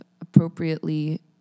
appropriately